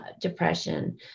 depression